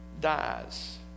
dies